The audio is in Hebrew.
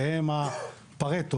שהם ה"פארטו",